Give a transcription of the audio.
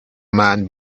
man